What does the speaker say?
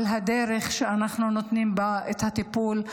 על הדרך שאנחנו נותנים בה את הטיפול,